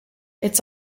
it’s